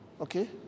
okay